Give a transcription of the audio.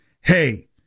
hey